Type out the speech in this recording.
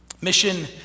Mission